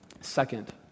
Second